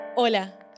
Hola